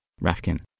Rafkin